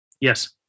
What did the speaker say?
Yes